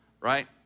right